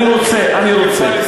אני רוצה.